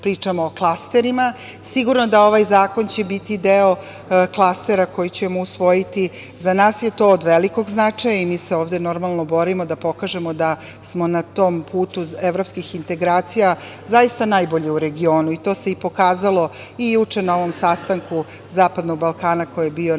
pričamo o klasterima, sigurno da će ovaj zakon biti deo klastera koji ćemo usvojiti. Za nas je to od velikog značaja i mi se ovde normalno borimo da pokažemo da smo na tom putu evropskih integracija zaista najbolji u regionu, i to se i pokazalo i juče na ovom sastanku zapadnog Balkana koji je bio na